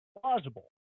plausible